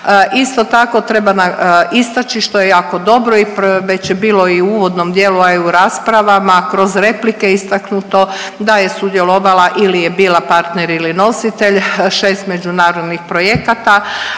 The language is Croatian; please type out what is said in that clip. Isto tako treba istaći što je jako dobro i već je bilo i u uvodnom dijelu, a i u raspravama kroz replike istaknuto da je sudjelovala ili je bila partner ili nositelj 6 međunarodnih projekata